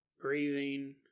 breathing